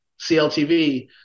CLTV